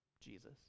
Jesus